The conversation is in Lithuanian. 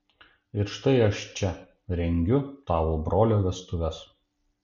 ir štai aš čia rengiu tavo brolio vestuves